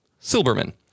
Silberman